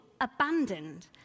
abandoned